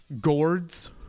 gourds